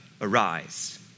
arise